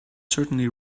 certainly